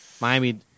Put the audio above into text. Miami